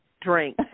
drink